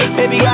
Baby